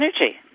energy